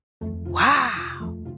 Wow